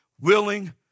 willing